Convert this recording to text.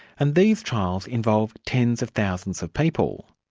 and these trials involve tens of thousands of people,